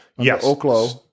yes